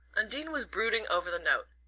undine was brooding over the note.